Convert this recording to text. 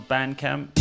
Bandcamp